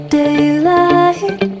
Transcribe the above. daylight